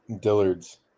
Dillard's